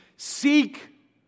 Seek